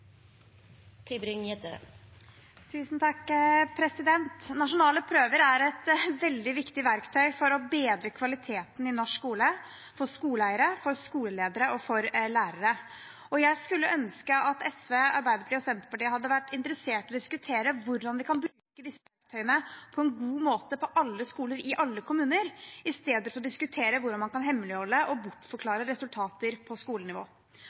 jeg skulle ønske at SV, Arbeiderpartiet og Senterpartiet hadde vært interessert i å diskutere hvordan man kan bruke disse verktøyene på en god måte på alle skoler i alle kommuner istedenfor å diskutere hvordan man kan hemmeligholde og bortforklare resultater på skolenivå.